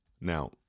Now